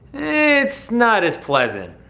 it's not as pleasant.